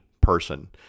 person